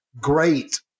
great